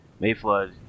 Mayflood